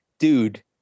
Dude